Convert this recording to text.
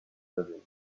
living